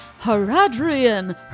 Haradrian